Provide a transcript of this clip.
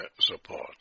support